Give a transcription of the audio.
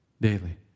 daily